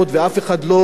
ואף אחד לא,